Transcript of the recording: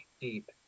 deep